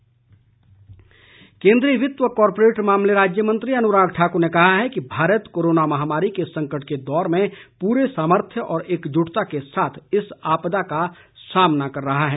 अनुराग ठाकुर केंद्रीय वित्त व कॉरपोरेट मामले राज्य मंत्री अनुराग ठाक्र ने कहा है कि भारत कोरोना महामारी के संकट के दौर में पूरे सामर्थ्य और एकजुटता के साथ इस आपदा का सामना कर रहा है